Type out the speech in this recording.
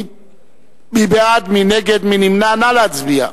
נא להצביע.